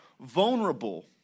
vulnerable